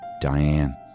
Diane